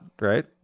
right